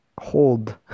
hold